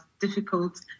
difficult